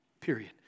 Period